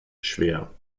schwer